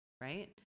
right